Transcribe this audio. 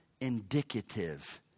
indicative